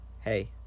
hey